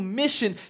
mission